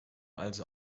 also